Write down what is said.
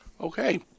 Okay